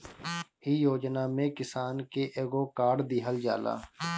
इ योजना में किसान के एगो कार्ड दिहल जाला